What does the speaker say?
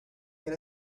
get